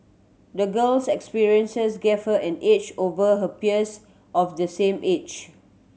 the girl's experiences gave her an edge over her peers of the same age